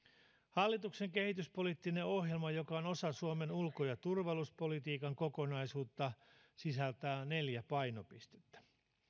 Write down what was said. hallituksen kehityspoliittinen ohjelma joka on osa suomen ulko ja turvallisuuspolitiikan kokonaisuutta sisältää neljä painopistettä